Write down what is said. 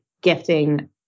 gifting